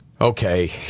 Okay